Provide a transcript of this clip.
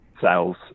sales